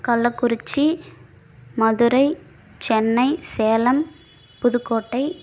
Kallakurichi Madurai Chennai Salem Pudukkottai